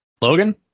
Logan